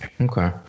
okay